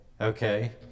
Okay